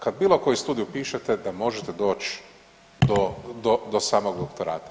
Kad bilo koji studij upišete da možete doći do samog doktorata.